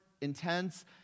intense